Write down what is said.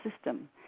system